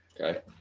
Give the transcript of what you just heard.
Okay